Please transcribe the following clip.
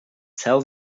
tell